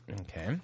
okay